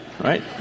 right